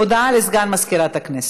הודעה לסגן מזכירת הכנסת.